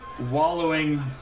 wallowing